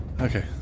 Okay